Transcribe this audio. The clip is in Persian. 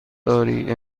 داری